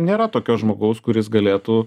nėra tokio žmogaus kuris galėtų